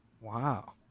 wow